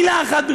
מילה אחת,